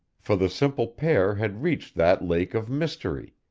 for the simple pair had reached that lake of mystery,